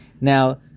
Now